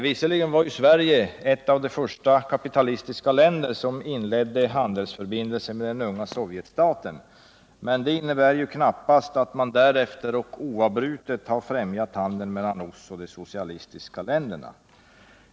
Visserligen var Sverige ett av de första kapitalistiska länder som inledde handelsförbindelser med den unga sovjetstaten, men det innebär knappast att man därefter och oavbrutet främjade handeln mellan vårt land och de socialistiska länderna.